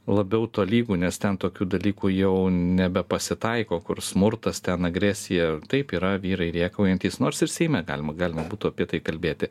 labiau tolygų nes ten tokių dalykų jau nebepasitaiko kur smurtas ten agresija taip yra vyrai rėkaujantys nors ir seime galima galima būtų apie tai kalbėti